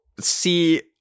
see